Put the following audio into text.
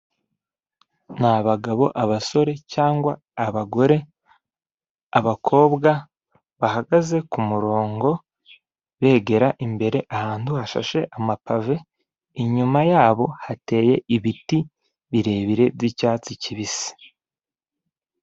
Ni abagabo, abasore cyangwa abagore, abakobwa bahagaze ku murongo begera imbere ahantu hasashe amapave, inyuma yabo hateye ibiti birebire vy'icyatsi kibisi.